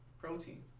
Protein